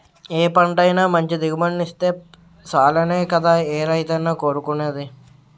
ఏ పంటైనా మంచి దిగుబడినిత్తే సాలనే కదా ఏ రైతైనా కోరుకునేది?